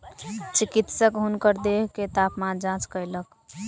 चिकित्सक हुनकर देह के तापमान जांच कयलक